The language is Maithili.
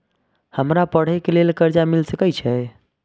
हमरा पढ़े के लेल कर्जा मिल सके छे?